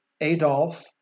Adolf